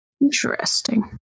Interesting